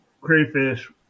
crayfish